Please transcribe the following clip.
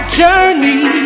journey